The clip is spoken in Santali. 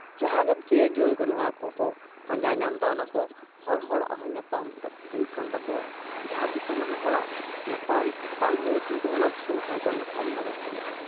ᱡᱟᱦᱟᱸ ᱜᱮᱢ ᱪᱟᱹᱭᱟ ᱡᱩᱣᱟᱹᱱ ᱠᱚ ᱱᱚᱣᱟ ᱠᱚᱠᱚ ᱯᱟᱸᱡᱟ ᱧᱟᱢᱫᱟ ᱚᱱᱟᱠᱚ ᱦᱚᱲ ᱦᱚᱲᱟᱜ ᱦᱚᱸ ᱧᱟᱯᱟᱢ ᱦᱩᱭᱩᱜ ᱠᱟᱱ ᱛᱟᱠᱳᱣᱟ ᱡᱟᱦᱟᱸ ᱫᱤᱥᱚᱢ ᱨᱮᱱ ᱦᱚᱲᱟᱜ ᱧᱟᱯᱟᱢ ᱵᱟᱝ ᱦᱩᱭᱩᱜᱼᱟ ᱠᱤᱱᱛᱩ ᱚᱱᱟ ᱫᱤᱥᱚᱢ ᱦᱚᱲᱠᱚ ᱧᱟᱯᱟᱢ ᱫᱟᱲᱮᱭᱟᱜ ᱠᱟᱱᱟ